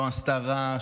לא עשתה רעש,